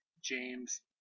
James